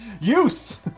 use